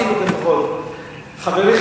חברי,